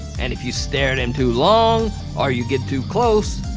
and if you stare at him too long or you get too close,